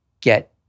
get